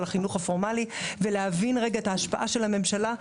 החינוך הפורמלי ולהבין את ההשפעה של הממשלה.